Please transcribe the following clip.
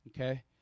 Okay